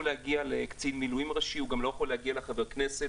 להגיע לקצין מילואים ראשי וגם לא יכול להגיע לחבר כנסת,